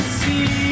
see